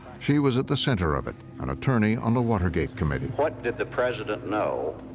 she was at the center of it, an attorney on the watergate committee. what did the president know,